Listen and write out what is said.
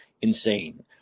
insane